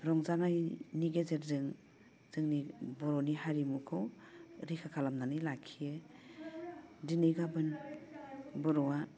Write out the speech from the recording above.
रंजानायनि गेजेरजों जोंनि बर'नि हारिमुखौ रैखा खालामनानै लाखियो दिनै गाबोन बर'आ